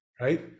right